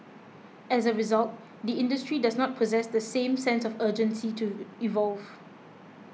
as a result the industry does not possess the same sense of urgency to evolve